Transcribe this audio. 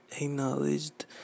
acknowledged